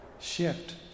shift